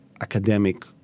academic